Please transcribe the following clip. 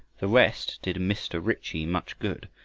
the rest did mr. ritchie much good,